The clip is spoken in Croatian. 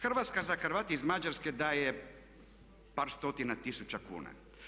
Hrvatska za Hrvate iz Mađarske daje par stotina tisuća kuna.